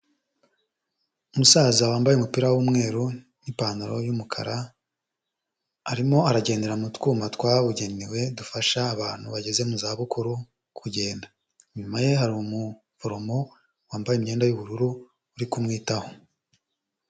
Umusaza wambaye umupira w'umweru n'ipantaro y'umukara, arimo aragendera mu twuma twabugenewe, dufasha abantu bageze mu zabukuru kugenda. Inyuma ye hari umuforomo wambaye imyenda y'ubururu, uri kumwitaho.